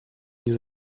nie